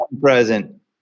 present